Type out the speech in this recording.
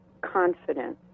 confidence